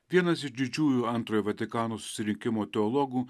vienas iš didžiųjų antrojo vatikano susirinkimo teologų